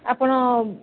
ଆପଣ